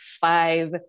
five